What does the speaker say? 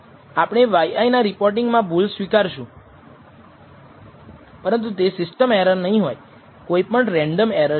આપણે y i ના reporting માં ભૂલ સ્વીકારશુ પરંતુ તે સિસ્ટમ એરર નહીં હોય કોઈપણ રેન્ડમ એરર છે